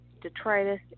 detritus